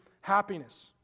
happiness